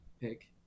pick